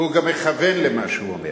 והוא גם מכוון למה שהוא אומר.